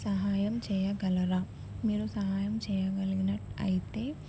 సహాయం చెయ్యగలరా మీరు సహాయం చేయగలిగినట్టు అయితే